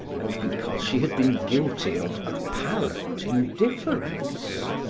and because she had been guilty of apparent indifference.